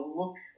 look